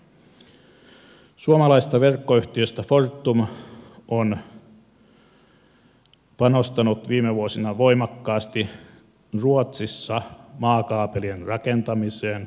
suomalaisista verkkoyhtiöistä fortum on panostanut viime vuosina ruotsissa voimakkaasti maakaapelien rakentamiseen